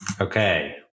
Okay